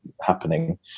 happening